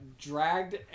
dragged